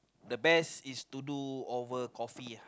the best is to do over coffee uh